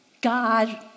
God